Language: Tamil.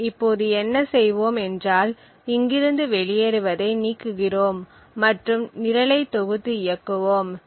நாம் இப்போது என்ன செய்வோம் என்றால் இங்கிருந்து வெளியேறுவதை நீக்குகிறோம் மற்றும் நிரலை தொகுத்து இயக்குவோம்